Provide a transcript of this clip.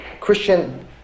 Christian